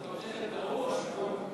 אתה חושב שהם טעו או שיקרו?